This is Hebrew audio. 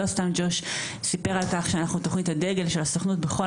לא סתם ג'וש סיפר על כך שאנחנו תוכנית הדגל של הסוכנות היהודית בכל